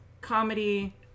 comedy